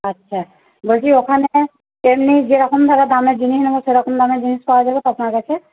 আচ্ছা বলছি ওখানে এমনি যেরকমভাবে দামের জিনিস নেব সেরকম দামের জিনিস পাওয়া যাবে তো আপনার কাছে